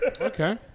Okay